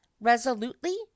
resolutely